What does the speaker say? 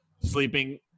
sleeping